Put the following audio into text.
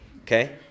Okay